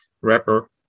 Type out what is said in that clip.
wrapper